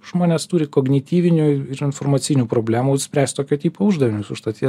žmonės turi kognityvinių ir informacinių problemų spręst tokio tipo uždavinius užtat jie